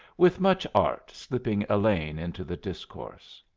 with much art slipping elaine into the discourse.